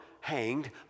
hanged